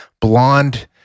blonde